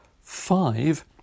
five